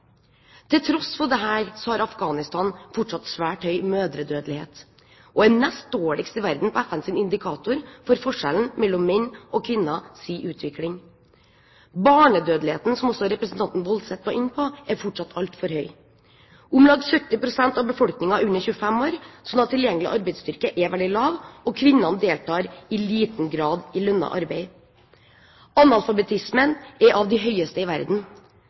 Til tross for dette har Afghanistan fortsatt svært høy mødredødelighet og er nest dårligst i verden på FNs indikator for forskjellen mellom menn og kvinners utvikling. Barnedødeligheten, som også representanten Woldseth var inne på, er fortsatt altfor høy. Om lag 70 pst. av befolkningen er under 25 år, så tilgjengelig arbeidsstyrke er veldig lav, og kvinnene deltar i liten grad i lønnet arbeid. Analfabetismen er av den høyeste i verden